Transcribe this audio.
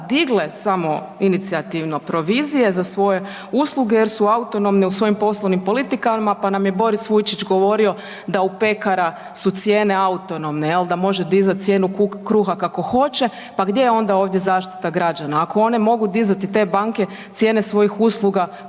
digle samoinicijativno provizije za svoje usluge jer su autonomne u svojim poslovnim politikama, pa nam je Boris Vujčić govorio da u pekara su cijene autonomne, jel da može dizat cijenu kruha kako hoće, pa gdje je onda ovdje zaštita građana ako one mogu dizati te banke cijene svojih usluga